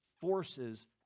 forces